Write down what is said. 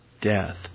death